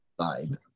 vibe